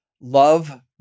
love